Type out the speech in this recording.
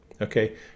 Okay